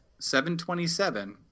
727